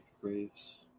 graves